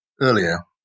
earlier